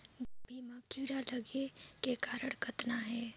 गोभी म कीड़ा लगे के कारण कतना हे?